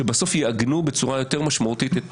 שבסוף יעגנו בצורה יותר משמעותית את